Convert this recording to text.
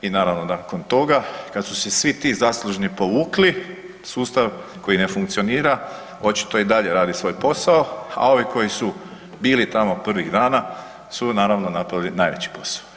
I naravno nakon toga kad su se svi ti zaslužni povukli sustav koji ne funkcionira očito i dalje radi svoj posao, a ovi koji su bili tamo prvih dana su naravno napravili najveći posao.